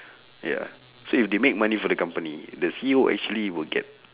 ya so if they make money for the company the C_E_O actually will get